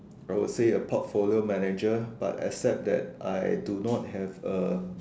I would say a portfolio manager but except that I do not have a